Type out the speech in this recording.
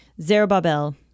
Zerubbabel